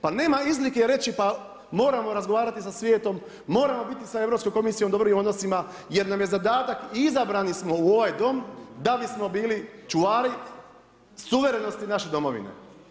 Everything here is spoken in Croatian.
Pa nema izlike reći, pa moramo razgovarati sa svijetom, moramo biti sa Europskom komisijom u dobrim odnosima jer nam je zadatak i izabrani smo u ovaj Dom da bismo bili čuvari suverenosti naše domovine.